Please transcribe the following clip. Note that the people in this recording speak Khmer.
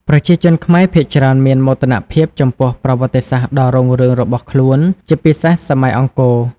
ប្រជាជនខ្មែរភាគច្រើនមានមោទនភាពចំពោះប្រវត្តិសាស្ត្រដ៏រុងរឿងរបស់ខ្លួន ជាពិសេសសម័យអង្គរ ។